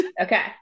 Okay